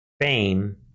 fame